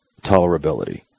tolerability